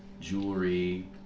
jewelry